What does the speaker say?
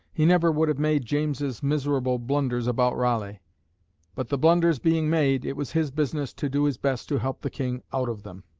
he never would have made james's miserable blunders about raleigh but the blunders being made, it was his business to do his best to help the king out of them.